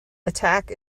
attack